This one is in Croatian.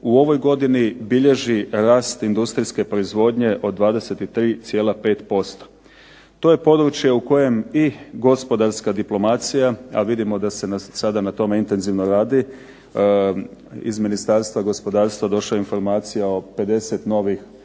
industriju bilježi rast industrijske proizvodnje od 23,5%. To je područje u kojem i gospodarska diplomacija, a vidimo da se sada na tome intenzivno radi. Iz Ministarstva gospodarstva je došla informacija o 50 novih